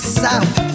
south